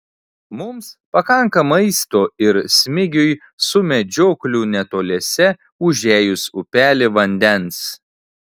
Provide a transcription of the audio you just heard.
mums pakanka maisto ir smigiui su medžiokliu netoliese užėjus upelį vandens